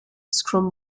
scrum